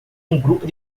grupo